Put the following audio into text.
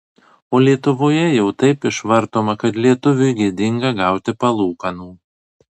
o lietuvoje jau taip išvartoma kad lietuviui gėdinga gauti palūkanų